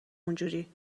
اونجوری